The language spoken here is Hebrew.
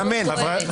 מי מממן?